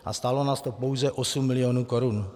A stálo nás to pouze 8 milionů korun.